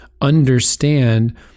understand